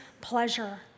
pleasure